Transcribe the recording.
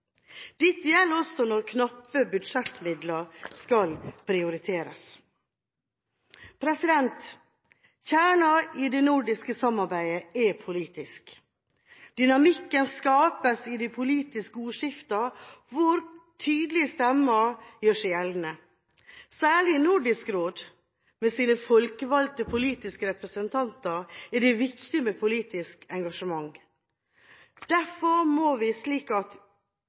Dette gjelder også når knappe budsjettmidler skal prioriteres. Kjernen i det nordiske samarbeidet er politisk. Dynamikken skapes i de politiske ordskiftene hvor tydelige stemmer gjør seg gjeldende. Særlig i Nordisk råd, med sine folkevalgte politiske representanter, er det viktig med politisk engasjement. Derfor må det være slik at